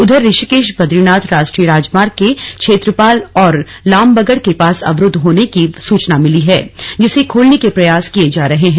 उधर ऋषिकेश बदरीनाथ राष्ट्रीय राजमार्ग के क्षेत्रपाल और लामबगड़ के पास अवरूद्व होने की सूचना मिली है जिसे खोलने के प्रयास किए जा रहे हैं